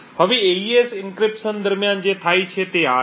હવે AES encryption દરમિયાન જે થાય છે તે આ છે